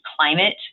climate